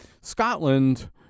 Scotland